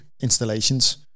installations